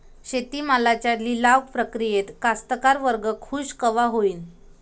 शेती मालाच्या लिलाव प्रक्रियेत कास्तकार वर्ग खूष कवा होईन?